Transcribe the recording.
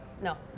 No